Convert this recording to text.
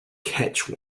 catch